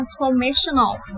transformational